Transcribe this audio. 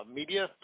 media